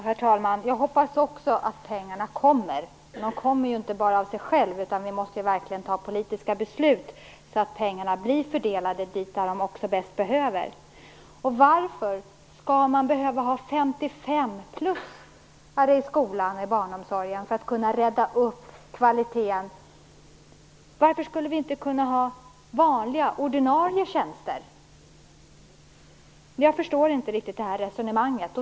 Herr talman! Jag hoppas också att pengarna kommer. Men de kommer inte av sig själva, vi måste verkligen fatta politiska beslut så att pengarna fördelas till dem som bäst behöver. Varför skall man behöva ha 55-plussare i skolan och i barnomsorgen för att kunna rädda kvaliteten? Varför skulle vi inte kunna ha vanliga ordinarie tjänster? Jag förstår inte riktigt det här resonemanget.